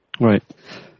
Right